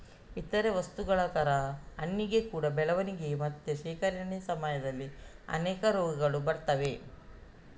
ಇತರೇ ವಸ್ತುಗಳ ತರ ಹಣ್ಣಿಗೆ ಕೂಡಾ ಬೆಳವಣಿಗೆ ಮತ್ತೆ ಶೇಖರಣೆ ಸಮಯದಲ್ಲಿ ಅನೇಕ ರೋಗಗಳು ಬರ್ತವೆ